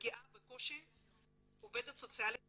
מגיעה בקושי עובדת סוציאלית אחת.